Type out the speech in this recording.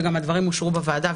וגם הדברים אושרו בוועדה,